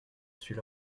suis